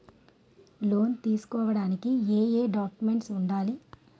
Loan తీసుకోడానికి ఏయే documents వుండాలి?